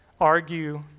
argue